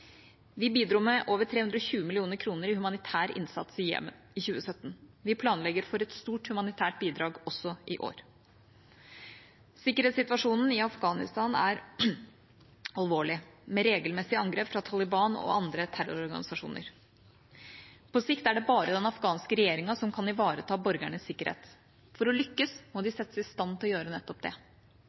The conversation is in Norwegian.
Vi bidro med over 320 mill. kr til humanitær innsats i Jemen i 2017. Vi planlegger for et stort humanitært bidrag også i år. Sikkerhetssituasjonen i Afghanistan er alvorlig, med regelmessige angrep fra Taliban og andre terrororganisasjoner. På sikt er det bare den afghanske regjeringa som kan ivareta borgernes sikkerhet. For å lykkes må de settes i stand til å gjøre nettopp det.